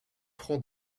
francs